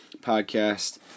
podcast